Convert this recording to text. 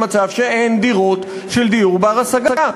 במצב שאין דירות של דיור בר-השגה.